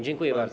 Dziękuję bardzo.